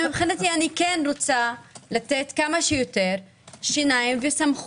מבחינתי אני כן רוצה לתת כמה שיותר סמכות